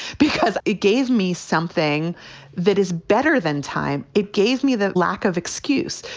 because it gave me something that is better than time. it gave me that lack of excuse.